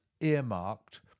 earmarked